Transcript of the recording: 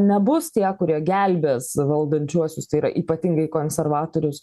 nebus tie kurie gelbės valdančiuosius tai yra ypatingai konservatorius